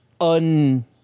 un